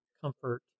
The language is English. comfort